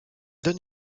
donne